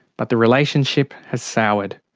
but the relationship has soured.